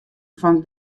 fan